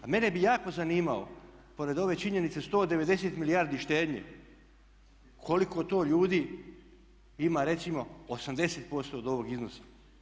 A mene bi jako zanimalo pored ove činjenice 190 milijardi štednje koliko to ljudi ima recimo 80% od ovog iznosa.